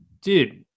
Dude